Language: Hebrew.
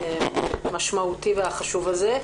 המשמעותי והחשוב הזה.